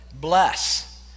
bless